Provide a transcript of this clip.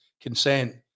consent